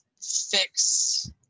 fix